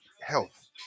health